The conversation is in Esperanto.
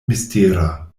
mistera